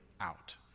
out